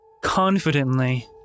Confidently